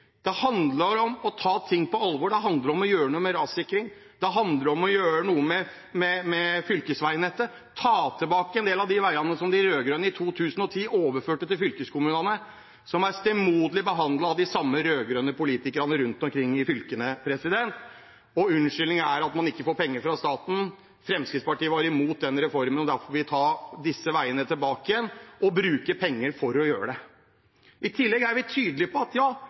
Det handler om å ta ting på alvor. Det handler om å gjøre noe med rassikring. Det handler om å gjøre noe med fylkesveinettet – ta tilbake en del av veiene som de rød-grønne i 2010 overførte til fylkeskommunene, og som er stemoderlig behandlet av politikere fra de samme rød-grønne partiene rundt omkring i fylkene. Unnskyldningen er at man ikke får penger fra staten. Fremskrittspartiet var imot den reformen, og derfor vil vi ta disse veiene tilbake og bruke penger på å gjøre det. I tillegg er vi tydelige på at